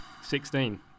Sixteen